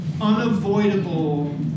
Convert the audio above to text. unavoidable